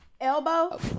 elbow